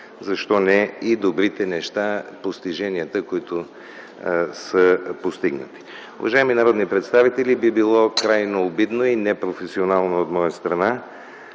защо не – и добрите неща, постиженията, които са постигнати. Уважаеми народни представители, би било крайно обидно и непрофесионално от моя страна